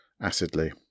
acidly